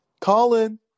Colin